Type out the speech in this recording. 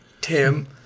Tim